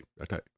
okay